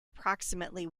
approximately